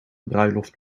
bruiloft